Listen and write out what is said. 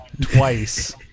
twice